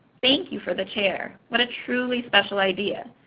thank you for the chair. what a truly special idea.